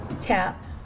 Tap